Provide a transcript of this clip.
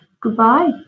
goodbye